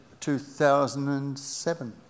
2007